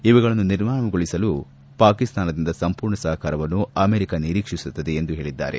ಇವುಗಳನ್ನು ನಿರ್ನಾಮಗೊಳಿಸಲು ಪಾಕಿಸ್ತಾನದಿಂದ ಸಂಪೂರ್ಣ ಸಹಕಾರವನ್ನು ಅಮೆರಿಕ ನಿರೀಕ್ಷಿಸುತ್ತದೆ ಎಂದು ಹೇಳಿದ್ದಾರೆ